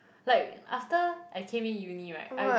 like after I came in uni right I